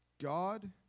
God